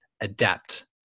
adapt